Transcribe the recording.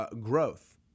growth